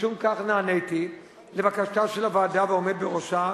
משום כך נעניתי לבקשה של הוועדה והעומד בראשה,